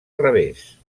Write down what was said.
revés